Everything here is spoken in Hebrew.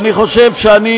שאלת אותי,